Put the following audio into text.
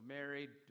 married